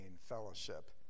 fellowship